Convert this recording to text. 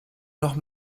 noch